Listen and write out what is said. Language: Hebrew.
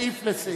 מסעיף לסעיף.